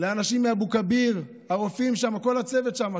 לאנשים מאבו כביר, לרופאים שם, לכל הצוות שם.